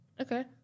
Okay